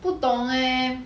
不懂 leh